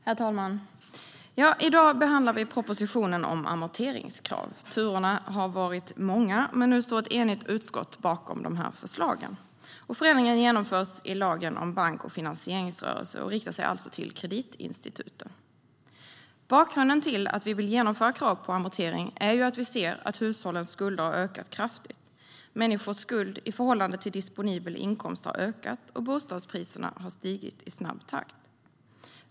Herr talman! I dag behandlar vi propositionen om amorteringskrav. Turerna har varit många, men nu står ett enigt utskott bakom dessa förslag. Förändringen genomförs i lagen om bank och finansieringsrörelse och riktar sig alltså till kreditinstituten. Bakgrunden till att vi vill genomföra krav på amortering är att vi ser att hushållens skulder har ökat kraftigt. Människors skuld i förhållande till disponibel inkomst har ökat, och bostadspriserna har stigit i snabb takt.